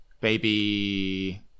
baby